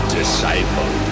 disciple